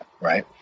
right